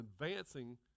advancing